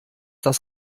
das